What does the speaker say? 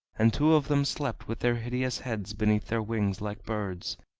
and two of them slept with their hideous heads beneath their wings like birds,